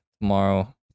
tomorrow